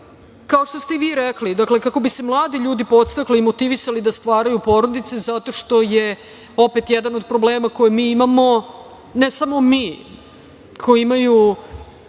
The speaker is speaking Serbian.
što ste i vi rekli, dakle, kako bi se mladi ljudi podstakli i motivisali da stvaraju porodice zato što je opet jedan od problema koje mi imamo, ne samo mi, koje imaju